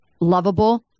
lovable